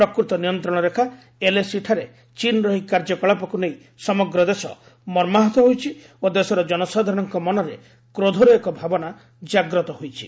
ପ୍ରକୃତ ନିୟନ୍ତ୍ରଣ ରେଖା ଏଲ୍ଏସି ଠାରେ ଚୀନ୍ର ଏହି କାର୍ଯ୍ୟ କଳାପକୁ ନେଇ ସମଗ୍ର ଦେଶ ମର୍ମାହତ ହୋଇଛି ଓ ଦେଶର ଜନସାଧାରଣଙ୍କ ମନରେ କ୍ରୋଧର ଏକ ଭାବନା ଜାଗ୍ରତ ହୋଇଛି